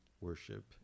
worship